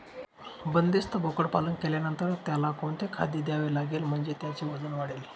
बंदिस्त बोकडपालन केल्यानंतर त्याला कोणते खाद्य द्यावे लागेल म्हणजे त्याचे वजन वाढेल?